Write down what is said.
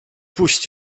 puść